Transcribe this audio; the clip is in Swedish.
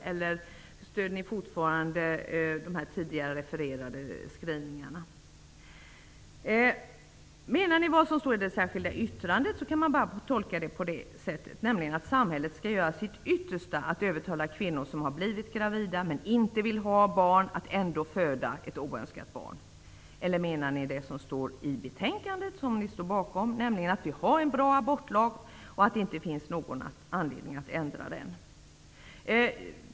Eller stöder ni fortfarande de tidigare refererade skrivningarna? Menar ni vad som står i det särskilda yttrandet, kan man bara tolka det på det sättet att samhället skall göra sitt yttersta att övertala kvinnor, som har blivit gravida men som inte vill ha barn, att ändå föda oönskade barn. Eller menar ni det som står i betänkandet, som ni står bakom, nämligen att vi har en bra abortlag och att det inte finns någon anledning att ändra den?